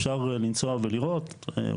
אפשר לנסוע ולראות,